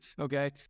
Okay